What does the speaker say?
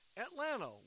Atlanta